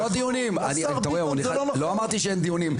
דיונים כן, לא אמרתי שאין דיונים.